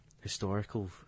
Historical